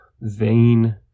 vain